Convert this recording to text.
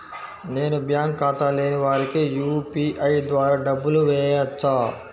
నేను బ్యాంక్ ఖాతా లేని వారికి యూ.పీ.ఐ ద్వారా డబ్బులు వేయచ్చా?